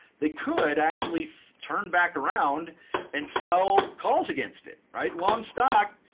they could actually turn back around and sell calls against it, right? long stock,